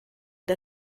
der